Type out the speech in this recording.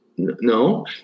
no